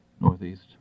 Northeast